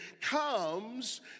comes